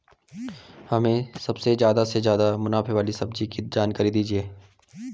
हमें सबसे ज़्यादा से ज़्यादा मुनाफे वाली फसल की जानकारी दीजिए